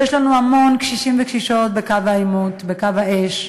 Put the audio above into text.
ויש לנו המון קשישים וקשישות בקו העימות, בקו האש,